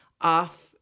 off